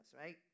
right